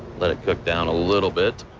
let it cook down a little bit.